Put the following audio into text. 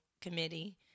Committee